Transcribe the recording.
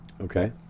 Okay